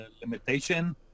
limitation